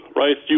right